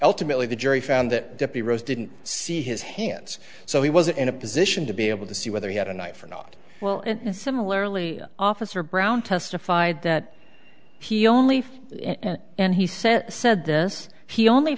really the jury found that he rose didn't see his hands so he wasn't in a position to be able to see whether he had a knife or not well and similarly officer brown testified that he only and he said said this he only